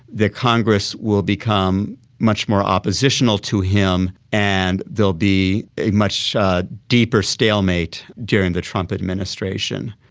the congress will become much more oppositional to him and there will be a much deeper stalemate during the trump administration.